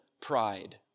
pride